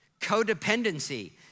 codependency